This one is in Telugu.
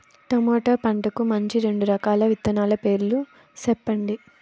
టమోటా పంటకు మంచి రెండు రకాల విత్తనాల పేర్లు సెప్పండి